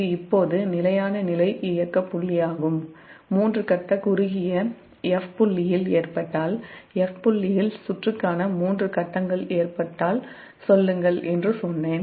இது இப்போது நிலையான இயக்க புள்ளியாகும் மூன்று கட்ட குறுகிய சுற்று F புள்ளியில் ஏற்பட்டால் சுற்றுக்கான மூன்று கட்டங்கள் ஏற்பட்டால் சொல்லுங்கள் என்று சொன்னேன்